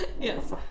Yes